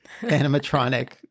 animatronic